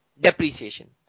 Depreciation